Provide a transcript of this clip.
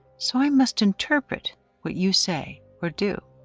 so i must interpret what you say or do.